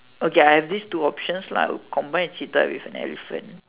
okay I have these two options lah combine cheetah with an elephant